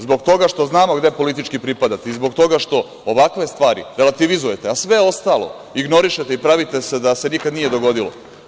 Zbog toga što znamo gde politički pripadate i zbog toga što ovakve stvari relativizujete, a sve ostalo ignorišete i pravite se da se nikada nije dogodilo.